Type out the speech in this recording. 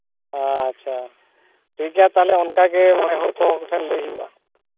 ᱟᱪᱪᱷᱟ ᱴᱷᱤᱠᱜᱮᱭᱟ ᱛᱟᱦᱞᱮ ᱚᱱᱠᱟ ᱜᱮ ᱦᱚᱸᱜᱼᱚᱭ ᱦᱚᱲ ᱠᱚ ᱴᱷᱮᱱ ᱞᱟᱹᱭ ᱦᱩᱭᱩᱜᱼᱟ